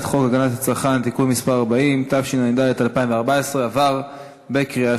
הגנת הצרכן (תיקון מס' 40), התשע"ד 2014, נתקבל.